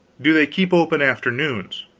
do they keep open afternoons?